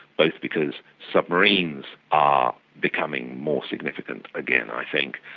both because submarines are becoming more significant again i think,